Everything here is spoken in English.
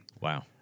Wow